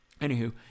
Anywho